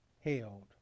held